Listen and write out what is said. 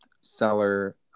seller